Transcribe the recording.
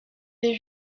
les